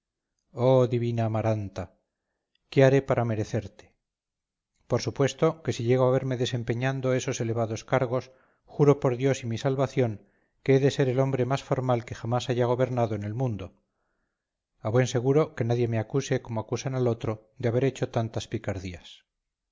oh divina amaranta qué haré para merecerte por supuesto que si llego a verme desempeñando esos elevados cargos juro por dios y mi salvación que he de ser el hombre más formal que jamás haya gobernado en el mundo a buen seguro que nadie me acuse como acusan al otro de haber hecho tantas picardías